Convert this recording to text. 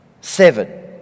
Seven